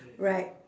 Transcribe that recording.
right